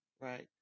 Right